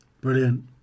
Brilliant